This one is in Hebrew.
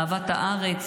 אהבת הארץ,